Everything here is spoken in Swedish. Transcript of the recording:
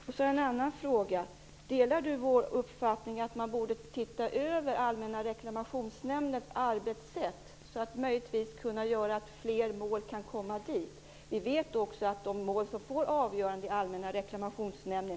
Jag har en annan fråga: Delar Kerstin Kristiansson vår uppfattning att man borde se över Allmänna reklamationsnämndens arbetssätt, för att möjliggöra att fler mål kommer dit? Vi vet att man i hög grad rättar sig efter mål som får avgörande i Allmänna reklamationsnämnden.